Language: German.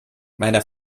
meiner